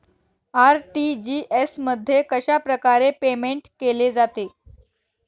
RTGS मध्ये कशाप्रकारे payment केले जाते?